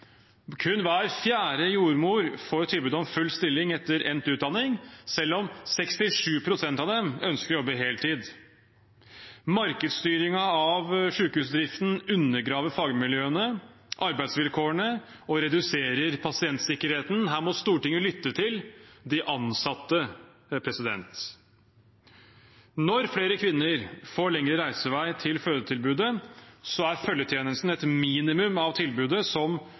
Kun hver fjerde jordmor får tilbud om full stilling etter endt utdanning, selv om 67 pst. av dem ønsker å jobbe heltid. Markedsstyringen av sykehusdriften undergraver fagmiljøene og arbeidsvilkårene og reduserer pasientsikkerheten. Her må Stortinget lytte til de ansatte. Når flere kvinner får lengre reisevei til fødetilbudet, er følgetjenesten et minimum av tilbudet som